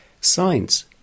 science